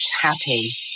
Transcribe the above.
happy